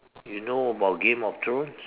you know about Game of Thrones